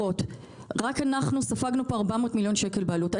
רק אנחנו ספגנו פה 400 מיליון שקל בעלות.